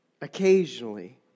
occasionally